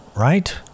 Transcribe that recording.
right